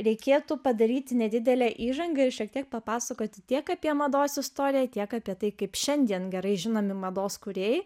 reikėtų padaryti nedidelę įžangą ir šiek tiek papasakoti tiek apie mados istoriją tiek apie tai kaip šiandien gerai žinomi mados kūrėjai